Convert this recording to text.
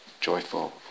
joyful